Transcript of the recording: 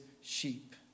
sheep